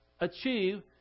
achieve